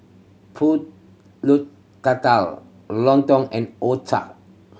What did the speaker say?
Pulut Tatal lontong and otah